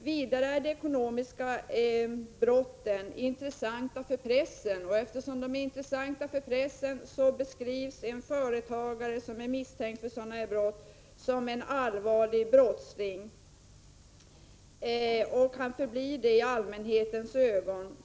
För det fjärde är ekonomiska brott intressanta för pressen, och därför beskrivs en företagare som är misstänkt för sådana brott som en allvarlig brottsling, och han förblir det i allmänhetens ögon.